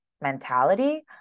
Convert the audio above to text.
mentality